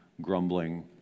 grumbling